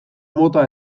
mota